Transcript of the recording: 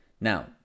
Now